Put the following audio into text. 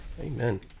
Amen